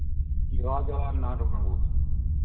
ᱡᱚᱸᱦᱟᱨ ᱡᱚᱸᱦᱟᱨ ᱵᱟᱹᱵᱩ